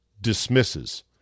dismisses